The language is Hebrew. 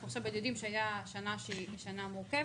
אנחנו יודעים שהייתה שנה מורכבת,